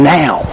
now